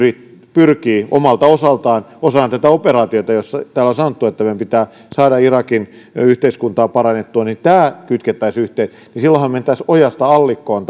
pyrkii omalta osaltaan osana tätä operaatiota siihen mistä täällä on sanottu että meidän pitää saada irakin yhteiskuntaa parannettua se että nämä kytkettäisiin yhteen merkitsee että silloinhan mentäisiin tavallaan ojasta allikkoon